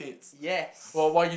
yes